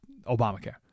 Obamacare